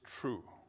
true